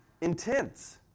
intense